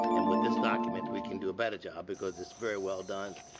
and with this document we can do a better job because it's very well done,